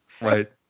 Right